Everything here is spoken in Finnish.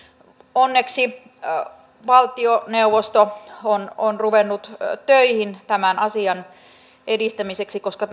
onneksi valtioneuvosto on on ruvennut töihin tämän asian edistämiseksi koska